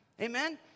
Amen